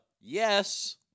Yes